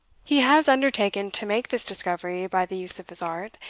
he has undertaken to make this discovery by the use of his art,